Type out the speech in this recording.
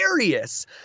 hilarious